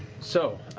so.